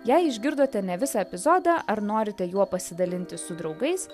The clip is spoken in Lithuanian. jei išgirdote ne visą epizodą ar norite juo pasidalinti su draugais